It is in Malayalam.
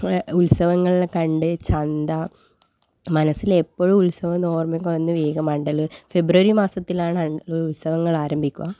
ഉത്സവങ്ങളെല്ലാം കണ്ട് ചന്ത മനസ്സിലെപ്പോഴും ഉത്സവം എന്ന് ഓർമ്മയൊക്കെ വന്ന് വേഗം ആണ്ടല്ലൂർ ഫെബ്രുവരി മാസത്തിലാണ് ആണ്ടല്ലൂർ ഉത്സവങ്ങൾ ആരംഭിക്കുക